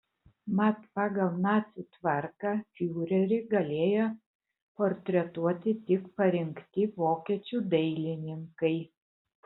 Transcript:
mat pagal nacių tvarką fiurerį galėjo portretuoti tik parinkti vokiečių dailininkai